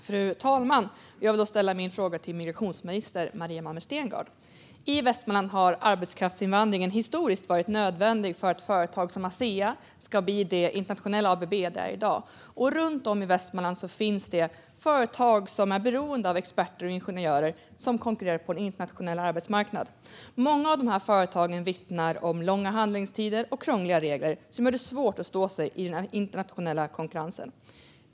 Fru talman! Jag vill ställa min fråga till migrationsminister Maria Malmer Stenergard. I Västmanland har arbetskraftsinvandringen historiskt varit nödvändig. Den behövdes för att ett företag som Asea skulle bli det internationella ABB det är i dag. Runt om i Västmanland finns det företag som är beroende av experter och ingenjörer som konkurrerar på en internationell arbetsmarknad. Många av de här företagen vittnar om långa handläggningstider och krångliga regler som gör det svårt att stå sig i den internationella konkurrensen.